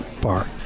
bar